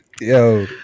Yo